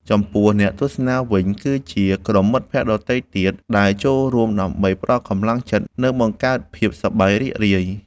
ចំពោះអ្នកទស្សនាវិញ គឺជាក្រុមមិត្តភក្តិដទៃទៀតដែលចូលរួមដើម្បីផ្ដល់កម្លាំងចិត្ត និងបង្កើតភាពសប្បាយរីករាយ។